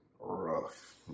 rough